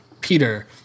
Peter